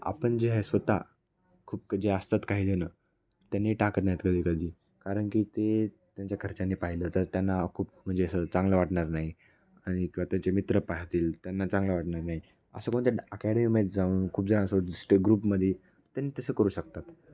आपण जे हा स्वतः खूप जे असतात काहीजणं त्यांनी टाकत नाहीत कधी कधी कारण की ते त्यांच्या खर्चानी पाहिलं तर त्यांना खूप म्हणजे असं चांगलं वाटणार नाही आणि किंवा त्यांचे मित्र पाहतील त्यांना चांगलं वाटणार नाही असं कोणत्या अकॅडमीमध्ये जाऊन खूपजणं स्टे ग्रुपमध्ये त्यांनी तसं करू शकतात